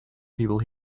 people